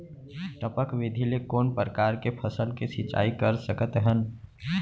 टपक विधि ले कोन परकार के फसल के सिंचाई कर सकत हन?